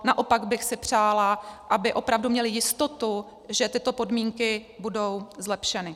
Naopak bych si přála, aby opravdu měly jistotu, že tyto podmínky budou zlepšeny.